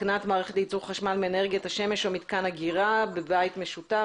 (התקנת מערכת לייצור חשמל מאנרגית השמש או מתקן אגירה בבית משותף),